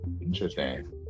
Interesting